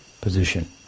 position